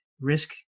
Risk